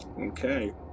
Okay